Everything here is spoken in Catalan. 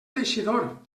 teixidor